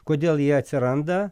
kodėl jie atsiranda